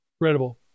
Incredible